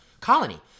Colony